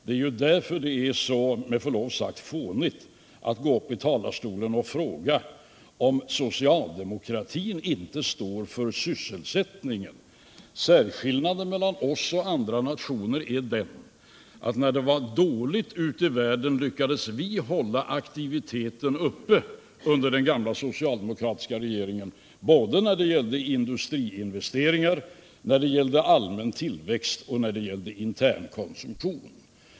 Det är därför det är så med förlov sagt fånigt att gå upp i talarstolen och fråga om socialdemokratin inte står för sysselsättningen. Särskillnaden mellan oss och andra nationer är den att när det var dåligt ute i världen lyckades vi under den gamla socialdemokratiska regeringen hålla aktiviteten uppe såväl när det gällde industriinvesteringar och när det gällde allmän tillväxt som när det gällde internkonsumtion.